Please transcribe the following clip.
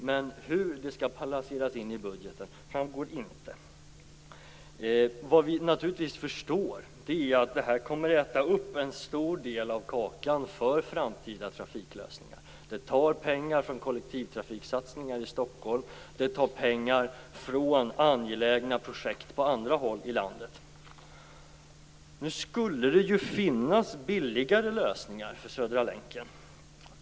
Men hur de skall balanseras in i budgeten framgår inte. Det vi naturligtvis förstår är att detta kommer att äta upp en stor del av kakan för framtida trafiklösningar. Det tar pengar från kollektivtrafiksatsningar i Stockholm, det tar pengar från angelägna projekt på andra håll i landet. Nu skulle det ju finnas billigare lösningar för Södra länken.